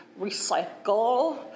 recycle